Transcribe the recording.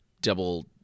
double